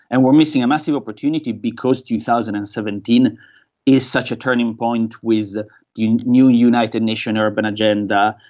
and we are missing a massive opportunity because two thousand and seventeen is such a turning point with the new united nation urban agenda,